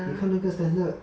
你看那个 standard